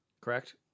Correct